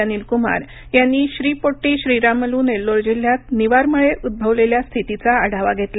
अनिलकुमार यांनी श्री पोट्टी श्रीरामलु नेल्लोर जिल्ह्यात निवारमुळे उद्भवलेल्या स्थितीचा आढावा घेतला